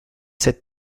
cette